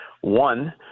One